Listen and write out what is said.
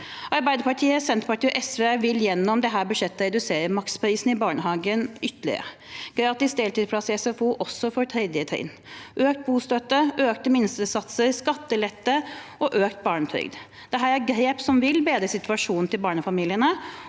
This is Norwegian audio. Arbeiderpartiet, Senterpartiet og SV vil gjennom dette budsjettet redusere maksprisen i barnehage ytterligere, gi gratis deltidsplass i SFO også for 3. trinn, øke bostøtten, øke minstesatsene, gi skattelette og øke barnetrygden Dette er grep som vil bedre barnefamilienes